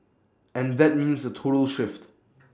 and that means A total shift